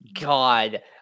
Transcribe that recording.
God